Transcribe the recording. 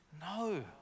No